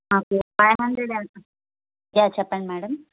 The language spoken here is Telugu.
నాకు ఫైవ్ హండ్రెడ్ ఎమ్ఎల్ యా చెప్పండి మ్యాడమ్